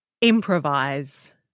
improvise